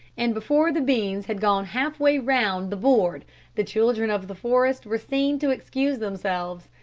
and before the beans had gone half-way round the board the children of the forest were seen to excuse themselves,